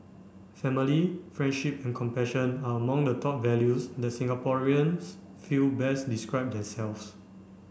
family friendship and compassion are among the top values that Singaporeans feel best describe themselves